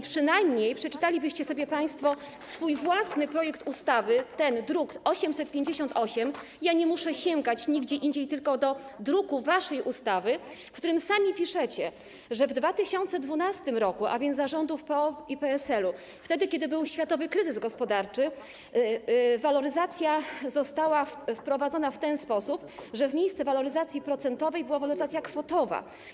Przynajmniej przeczytalibyście sobie państwo swój własny projekt ustawy z druku nr 858 - nie muszę sięgać nigdzie indziej, tylko do druku waszej ustawy, w którym sami piszecie, że w 2012 r., a więc za rządów PO i PSL-u, kiedy był światowy kryzys gospodarczy, waloryzacja została wprowadzona w ten sposób, że w miejsce waloryzacji procentowej była waloryzacja kwotowa.